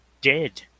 Dead